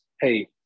hey